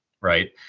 Right